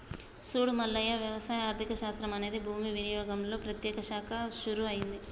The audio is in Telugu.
సూడు మల్లయ్య వ్యవసాయ ఆర్థిక శాస్త్రం అనేది భూమి వినియోగంలో ప్రత్యేక శాఖగా షురూ అయింది